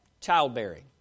Childbearing